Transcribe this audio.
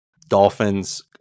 Dolphins